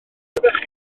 fyddech